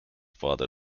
father